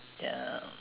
ya